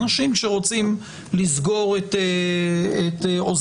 אנשים שרוצים לסגור את אוזניהם,